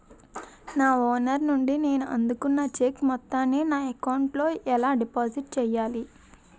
నా ఓనర్ నుండి నేను అందుకున్న చెక్కు మొత్తాన్ని నా అకౌంట్ లోఎలా డిపాజిట్ చేయాలి?